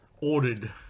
ordered